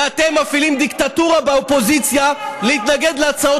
ואתם מפעילים דיקטטורה באופוזיציה להתנגד להצעות